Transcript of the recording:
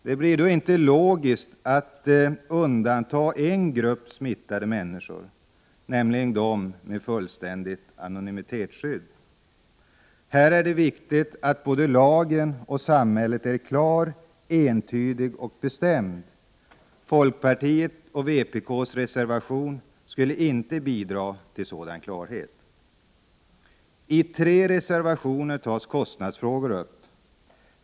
Det är då inte logiskt att undanta en grupp smittade människor, nämligen de med fullständigt anonymitetsskydd. Det är här viktigt att såväl lagen som samhällets tillämpning är klar, entydig och bestämd. Folkpartiets och vpk:s reservation skulle inte bidra till en sådan klarhet. Kostnadsfrågor tas upp i tre reservationer.